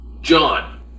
John